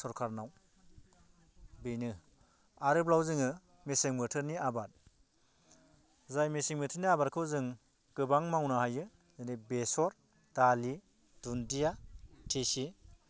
सरखारनाव बिनो आरोबाव जोङो मेसें बोथोरनि आबाद जाय मेसें बोथोरनि आबादखौ जों गोबां मावनो हायो जेरै बेसर दालि दुन्दिया थिसि